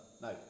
No